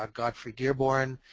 ah godfrey dearborn.